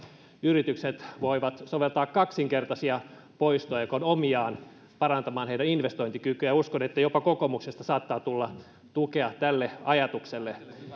yritykset voivat soveltaa kaksinkertaisia poistoja mikä on omiaan parantamaan heidän investointikykyään uskon että jopa kokoomuksesta saattaa tulla tukea tälle ajatukselle